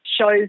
shows